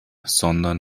sondern